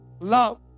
love